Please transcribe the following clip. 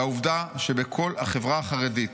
"והעובדה שבכל החברה החרדית